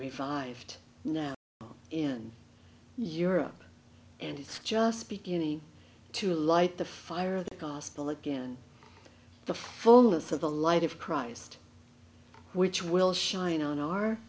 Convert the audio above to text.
revived now in europe and it's just beginning to light the fire of the gospel again the fullness of the light of christ which will shine on our